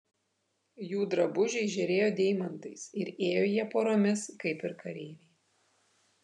jų drabužiai žėrėjo deimantais ir ėjo jie poromis kaip ir kareiviai